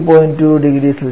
2 0C